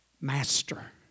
Master